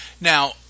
Now